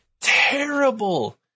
terrible